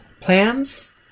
plans